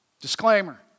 Disclaimer